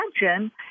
imagine